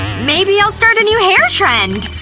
maybe i'll start a new hair trend!